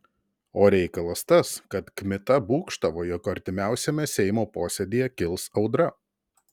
o reikalas tas kad kmita būgštavo jog artimiausiame seimo posėdyje kils audra